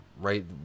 right